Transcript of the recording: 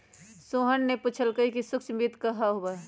सोहन ने पूछल कई कि सूक्ष्म वित्त का होबा हई?